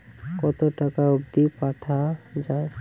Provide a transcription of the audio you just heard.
কতো টাকা অবধি পাঠা য়ায়?